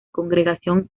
congregación